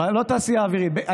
בתעשייה האווירית אין דור ב'.